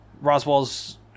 roswell's